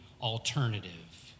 alternative